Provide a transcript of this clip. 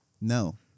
No